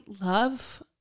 love